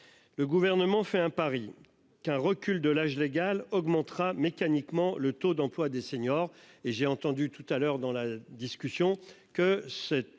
Le gouvernement fait un pari qu'un recul de l'âge légal augmentera mécaniquement le taux d'emploi des seniors